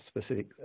specific